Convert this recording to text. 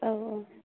अ अ